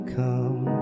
come